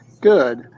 Good